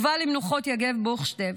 הובא למנוחות יגב בוכשטב,